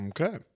Okay